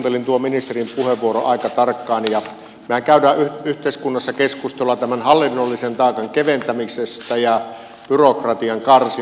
kuuntelin tuon ministerin puheenvuoron aika tarkkaan ja mehän käymme yhteiskunnassa keskustelua tämän hallinnollisen taakan keventämisestä ja byrokratian karsimisesta